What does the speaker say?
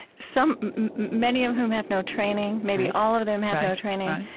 some many of whom have no training, maybe all of them have no training,